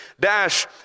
Dash